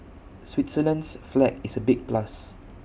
Switzerland's flag is A big plus